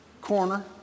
corner